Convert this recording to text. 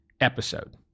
episode